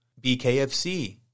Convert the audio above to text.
BKFC